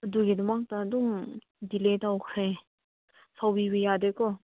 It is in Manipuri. ꯑꯗꯨꯒꯤꯗꯃꯛꯇ ꯑꯗꯨꯝ ꯗꯤꯂꯦ ꯇꯧꯈ꯭ꯔꯦ ꯁꯥꯎꯕꯤꯕ ꯌꯥꯗꯦꯀꯣ